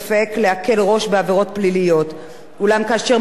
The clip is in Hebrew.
אולם כאשר מדובר בלוחם אשר התקבל לשורות הצבא,